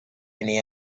any